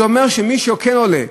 זה אומר שמי שכן עולה,